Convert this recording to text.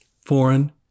foreign